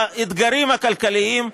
באתגרים הכלכליים,